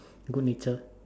good nature